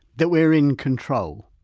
that we're in control.